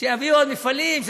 שיביאו עוד מפעלים.